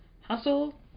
Hustle